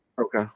Okay